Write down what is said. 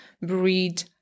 breed